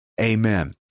amen